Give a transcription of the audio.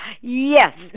yes